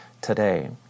today